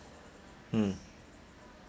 mm